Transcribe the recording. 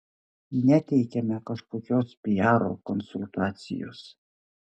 neteikiame kažkokios piaro konsultacijos